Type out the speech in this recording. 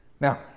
Now